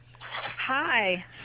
Hi